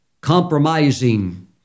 compromising